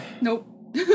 Nope